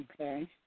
Okay